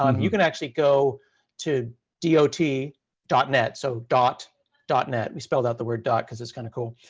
um you can actually go to d o t net. so, dot dot net. we spelled out the word dot, cause it's kind of cool.